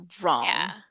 wrong